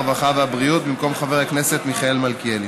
הרווחה והבריאות במקום חבר הכנסת מיכאל מלכיאלי.